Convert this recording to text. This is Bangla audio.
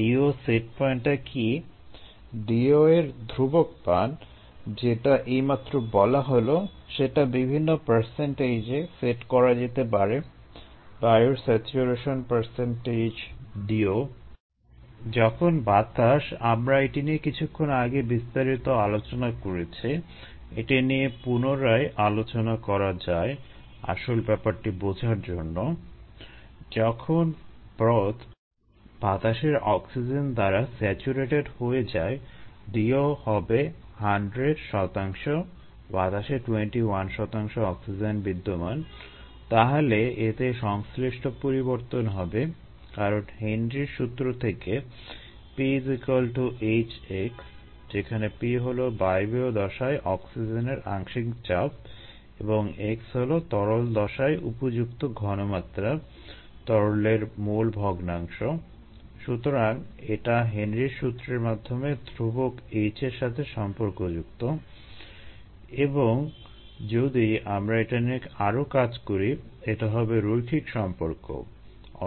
DO সেট পয়েন্ট ভগ্নাংশ সুতরাং এটা হেনরির সূত্রের মাধ্যমে ধ্রুবক h এর সাথে সম্পর্কযুক্ত এবং যদি আমরা এটা নিয়ে আরো কাজ করি এটা হবে রৈখিক সম্পর্ক